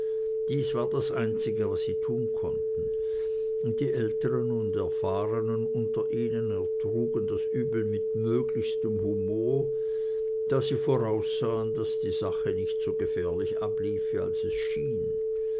dies war das einzige was sie tun konnten und die älteren und erfahrenern unter ihnen ertrugen das übel mit möglichstem humor da sie voraussahen daß die sache nicht so gefährlich abliefe als es schien